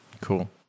cool